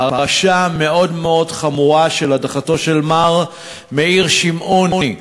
פרשה מאוד מאוד חמורה של הדחתו של מר מאיר שמעוני,